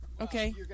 Okay